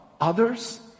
others